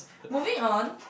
moving on